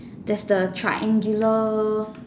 there's the triangular